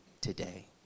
today